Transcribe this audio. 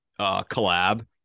collab